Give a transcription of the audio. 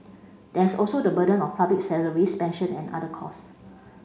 there is also the burden of public salaries pension and other cost